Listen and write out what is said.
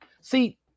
see